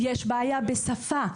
יש בעיה בשפה.